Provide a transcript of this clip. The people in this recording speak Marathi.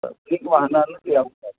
पब्लिक वाहनानंच यावं लागेल